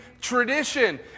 tradition